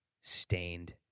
stained